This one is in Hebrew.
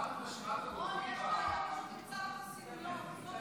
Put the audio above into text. יש בעיה פשוט עם צו חסינויות.